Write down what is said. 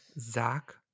Zach